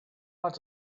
want